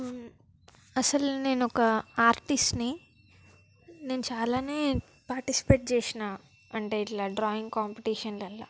అసలు నేనొక ఆర్టిస్ట్ని నేను చాలానే పార్టిసిపేట్ చేసాను అంటే ఇట్లా డ్రాయింగ్ కాంపిటేషన్లల్లో